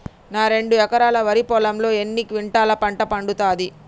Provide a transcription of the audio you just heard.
నా రెండు ఎకరాల వరి పొలంలో ఎన్ని క్వింటాలా పంట పండుతది?